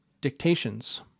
dictations